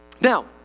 Now